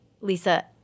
Lisa